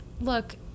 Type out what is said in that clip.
look